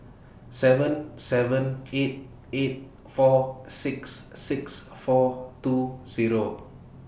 seven seven eight eight four six six four two Zero